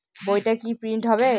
বইটা কি প্রিন্ট হবে?